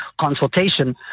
consultation